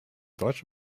deutsche